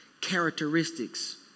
characteristics